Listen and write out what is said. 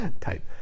type